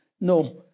No